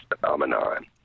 phenomenon